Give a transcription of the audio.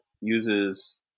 uses